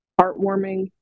heartwarming